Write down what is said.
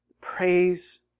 praise